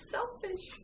Selfish